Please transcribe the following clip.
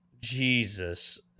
Jesus